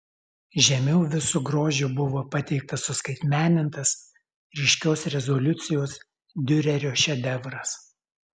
žemiau visu grožiu buvo pateiktas suskaitmenintas ryškios rezoliucijos diurerio šedevras